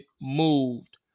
moved